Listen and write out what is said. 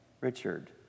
Richard